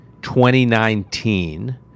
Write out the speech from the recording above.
2019